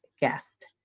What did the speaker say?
guest